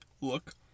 look